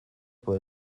por